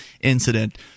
incident